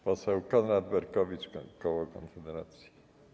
Poseł Konrad Berkowicz, koło Konfederacja.